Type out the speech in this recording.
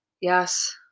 Yes